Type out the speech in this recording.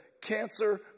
cancer